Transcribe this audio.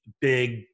big